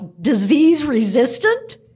disease-resistant